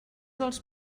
dels